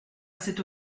cette